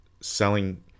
selling